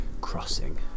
crossing